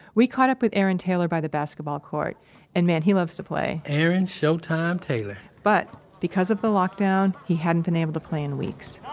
we caught up with aaron taylor by the basketball court and man, he loves to play aaron showtime taylor but because of the lockdown he hadn't been able to play in weeks.